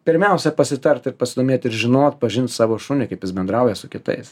pirmiausia pasitart ir pasidomėt ir žinot pažint savo šunį kaip jis bendrauja su kitais